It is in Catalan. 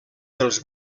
dels